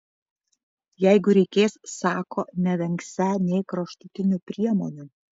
jeigu reikės sako nevengsią nė kraštutinių priemonių